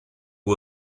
who